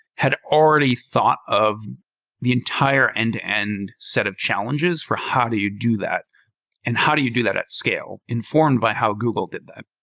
had already thought of the entire end-to-end and and set of challenges for how do you do that and how do you do that at scale informed by how google did that.